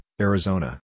Arizona